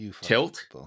tilt